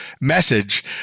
message